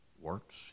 works